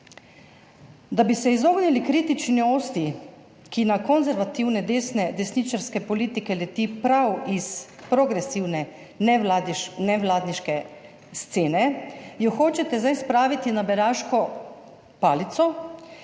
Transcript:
Da bi se izognili kritični osti(?), ki na konservativne desne desničarske politike leti prav iz progresivne, ne vladniške scene, jo hočete zdaj spraviti na beraško palico,